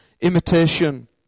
imitation